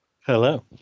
Hello